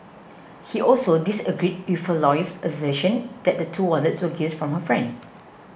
he also disagreed with her lawyer's assertion that the two wallets were gifts from her friend